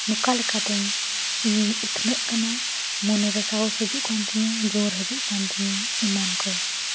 ᱱᱚᱠᱟ ᱞᱮᱠᱟᱛᱮ ᱤᱧᱤᱧ ᱩᱛᱱᱟᱹᱜ ᱠᱟᱱᱟ ᱢᱚᱱᱮ ᱨᱮ ᱥᱟᱦᱚᱥ ᱦᱤᱡᱩᱜ ᱠᱟᱱ ᱛᱤᱧᱟᱹ ᱡᱳᱨ ᱦᱟᱡᱩᱜ ᱠᱟᱱ ᱛᱤᱧᱟᱹ ᱮᱢᱟᱱ ᱠᱚ